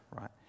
right